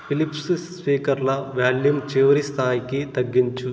Philips స్పీకర్ల volume చివరి స్థాయికి తగ్గించు